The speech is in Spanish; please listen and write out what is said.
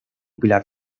pilar